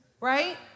Right